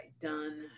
done